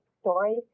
story